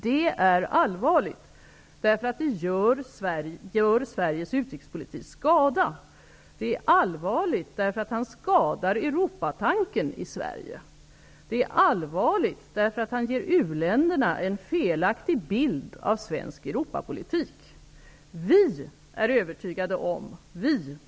Det är allvarligt, eftersom det gör Sveriges utrikespolitik skada, därför att han skadar Europatanken i Sverige och därför att han ger u-länderna en felaktig bild av svensk Europapolitik.